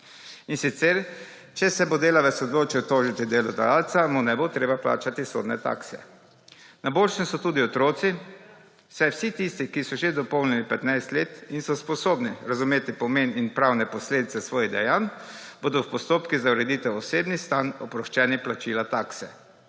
in sicer če se bo delavec odločil tožiti delodajalca, mu ne bo ne bo treba plačati sodne takse. Na boljšem so tudi otroci, saj vsi tisti, ki so že dopolnili 15 let in so sposobni razumeti pomen in pravne posledice svojih dejanj, bodo v postopkih za ureditev osebnih stanj oproščeni plačila takse.